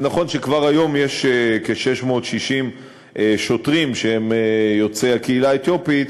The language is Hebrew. זה נכון שכבר היום יש כ-660 שוטרים שהם יוצאי הקהילה האתיופית,